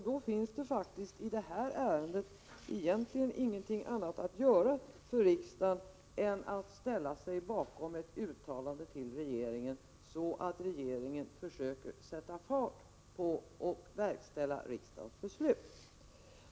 Då finns det faktiskt egentligen ingenting annat att göra för riksdagen än att ställa sig bakom ett uttalande till regeringen som gör att regeringen försöker sätta fart och verkställer riksdagens beslut.